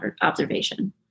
observation